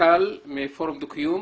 טל מפורום דו קיום.